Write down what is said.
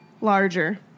larger